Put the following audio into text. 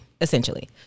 essentially